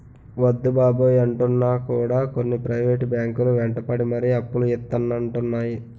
వద్దు బాబోయ్ అంటున్నా కూడా కొన్ని ప్రైవేట్ బ్యాంకు లు వెంటపడి మరీ అప్పులు ఇత్తానంటున్నాయి